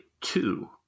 two